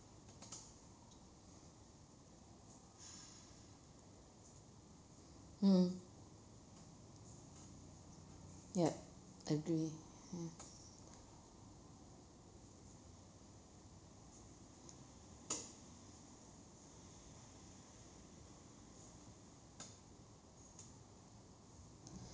mm yup I agree